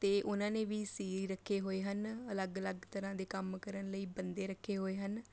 ਅਤੇ ਉਨ੍ਹਾਂ ਨੇ ਵੀ ਸੀਰੀ ਰੱਖੇ ਹੋਏ ਹਨ ਅਲੱਗ ਅਲੱਗ ਤਰ੍ਹਾਂ ਦੇ ਕੰਮ ਕਰਨ ਲਈ ਬੰਦੇ ਰੱਖੇ ਹੋਏ ਹਨ